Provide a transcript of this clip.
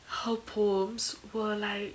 her poems were like